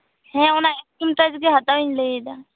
ᱦᱮᱸ ᱚᱱᱟ ᱥᱠᱨᱤᱱ ᱴᱟᱪᱜᱮ ᱦᱟᱛᱟᱣᱤᱧ ᱞᱟᱹᱭ ᱮᱫᱟ